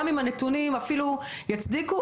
גם אם הנתונים אפילו יצדיקו,